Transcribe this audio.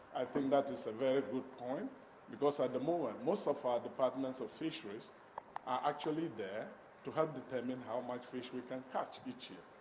i think that is a very good point because at the moment, most of our departments of fisheries are actually there to help determine how much fish we can catch each year.